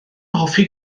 hoffi